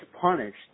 punished